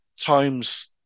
times